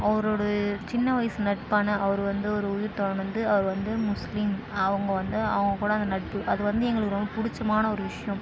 அவரோடு சின்ன வயசு நட்பான அவர் வந்து ஒரு உயிர் தோழன் வந்து அவர் வந்து முஸ்லீம் அவங்க வந்து அவங்கக்கூட அந்த நட்பு அது வந்து எங்களுக்கு ரொம்ப புடித்தமான ஒரு விஷயம்